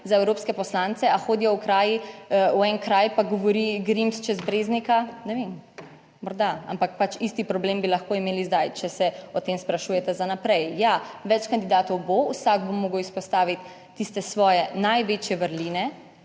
za evropske poslance? Ali hodijo o kraji v en kraj, pa govori Grims čez Breznika? Ne vem, morda, ampak pač isti problem bi lahko imeli zdaj, če se o tem sprašujete za naprej. Ja, več kandidatov bo, vsak bo moral izpostaviti tiste svoje največje vrline